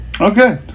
Okay